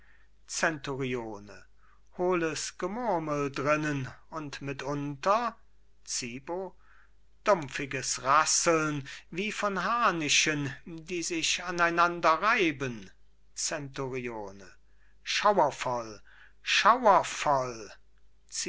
zenturione hohles gemurmel drinnen und mit unter zibo dumpfiges rasseln wie von harnischen die sich aneinanderreiben zenturione schauervoll schauervoll